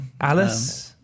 Alice